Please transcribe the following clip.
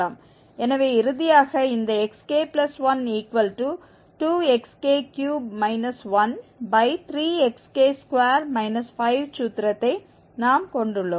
எனவே இறுதியாக இந்த xk12xk3 13xk2 5 சூத்திரத்தை நாம் கொண்டுள்ளோம்